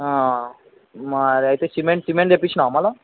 మరి అయితే cement cement తెప్పించినావా మరల